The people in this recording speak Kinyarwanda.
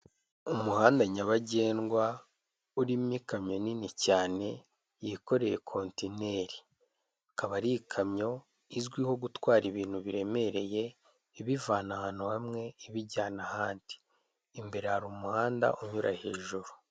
Umuhanda nyabagendwa urimo ikamyo nini cyane yikoreye kontineri, ikaba ari ikamyo izwiho gutwara ibintu biremereye ibivana ahantu hamwe ibijyana ahandi, imbere hari umuhanda unyura hejuru.